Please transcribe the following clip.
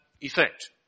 effect